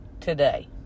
today